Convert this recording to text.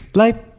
life